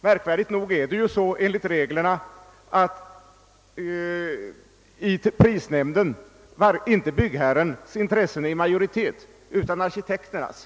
Märkligt nog är det enligt reglerna inte byggherrens intressen som är i majoritet i prisnämnden utan arkitekternas.